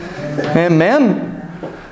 Amen